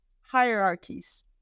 hierarchies